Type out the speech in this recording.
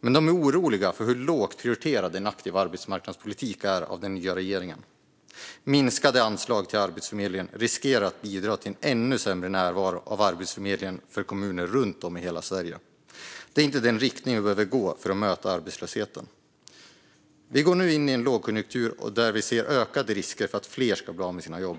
Men de är oroliga för hur lågt prioriterat en aktiv arbetsmarknadspolitik är av den nya regeringen. Minskade anslag till Arbetsförmedlingen riskerar att bidra till en ännu sämre närvaro av Arbetsförmedlingen i kommuner runt om i hela Sverige. Det är inte den riktning vi behöver gå för att möta arbetslösheten. Vi går nu in i en lågkonjunktur där vi ser ökade risker för att fler ska bli av med sina jobb.